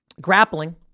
Grappling